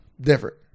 Different